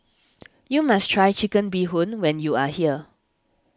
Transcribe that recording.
you must try Chicken Bee Hoon when you are here